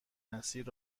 مسیر